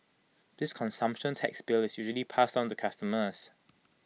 this consumption tax bill is usually passed on to customers